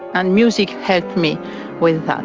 and music helped me with